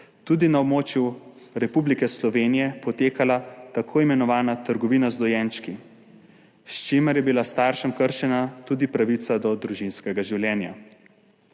tudi na območju Republike Slovenije potekala tako imenovana trgovina z dojenčki, s čimer je bila staršem kršena tudi pravica do družinskega življenja.